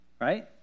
right